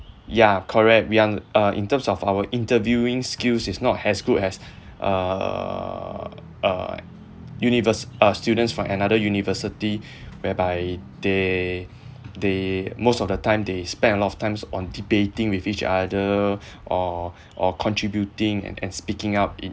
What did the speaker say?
ya correct we are uh in terms of our interviewing skills is not as good as uh uh univers~ uh students from another university whereby they they most of the time they spent a lot of times on debating with each other or or contributing and and speaking up in